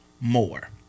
More